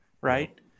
right